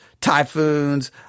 typhoons